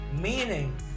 Meaning